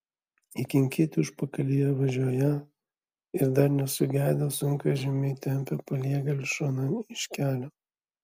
įkinkyti užpakalyje važiuoją ir dar nesugedę sunkvežimiai tempia paliegėlius šonan iš kelio